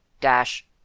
dash